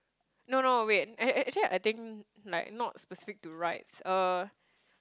no no wait ac~ actually I think like not specific to rides uh